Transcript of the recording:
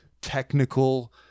technical